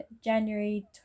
January